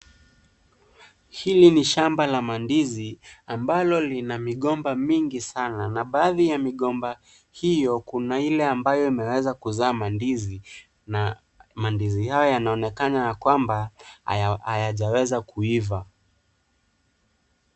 Hili ni shamba la mandizi ambalo lina migomba mingi sana na baadhi ya migomba hiyo kuna ile ambayo imeweza kuzaa mandizi na mandizi hayo yanaonekana ya kwamba hayajaweza kuiva.